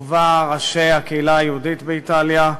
ובה ראשי הקהילה היהודית באיטליה,